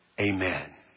Amen